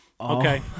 okay